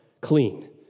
clean